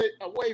away